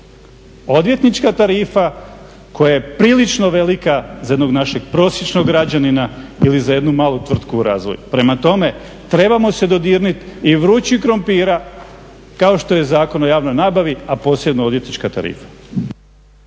Odvjetnička tarifa koja je prilično velika za jednog našeg prosječnog građanina ili za jednu malu tvrtku u razvoju. Prema tome trebamo se dodirnuti i vrućih krumpira kao što je Zakon o javnoj nabavi, a posebno odvjetnička tarifa.